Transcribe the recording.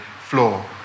floor